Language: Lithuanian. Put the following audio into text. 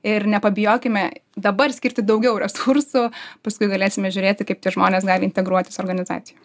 ir nepabijokime dabar skirti daugiau resursų paskui galėsime žiūrėti kaip tie žmonės gali integruotis į organizaciją